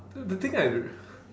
no the thing I r~